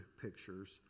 pictures